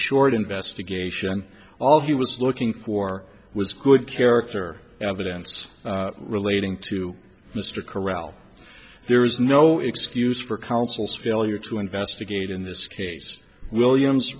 short investigation all he was looking quare was good character evidence relating to mr chorale there is no excuse for counsel's failure to investigate in this case williams